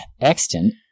Extant